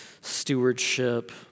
stewardship